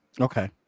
Okay